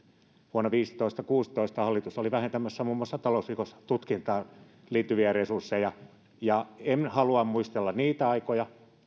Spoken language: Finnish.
vuonna viisitoista viiva kuusitoista hallitus oli vähentämässä muun muassa talousrikostutkintaan liittyviä resursseja ja en halua muistella niitä aikoja